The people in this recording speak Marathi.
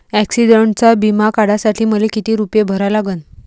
ॲक्सिडंटचा बिमा काढा साठी मले किती रूपे भरा लागन?